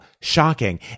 shocking